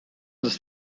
this